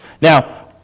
Now